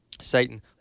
Satan